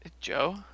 Joe